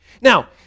Now